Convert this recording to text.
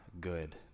good